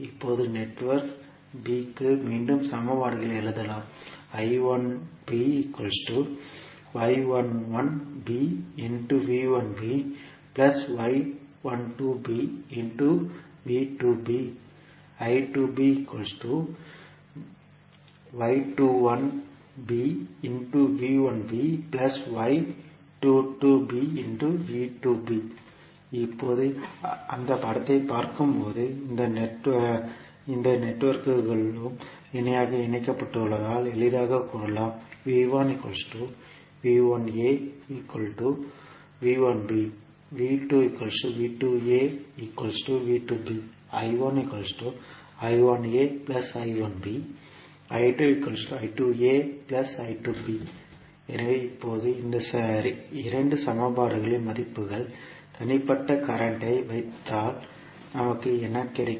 இப்போதுநெட்வொர்க் B க்கு மீண்டும் சமன்பாடுகளை எழுதலாம் இப்போது அந்த படத்தை பார்க்கும்போது இரு நெட்வொர்க்குகளும் இணையாக இணைக்கப்பட்டுள்ளதால் எளிதாகக் கூறலாம் எனவே இப்போது இந்த 2 சமன்பாடுகளில் மதிப்புகள் தனிப்பட்ட கரண்ட் ஐ வைத்தால் நமக்கு என்ன கிடைக்கும்